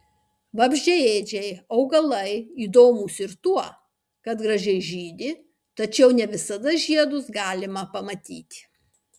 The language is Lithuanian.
vabzdžiaėdžiai augalai įdomūs ir tuo kad gražiai žydi tačiau ne visada žiedus galima pamatyti